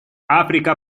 африка